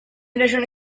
regione